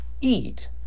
eat